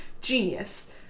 Genius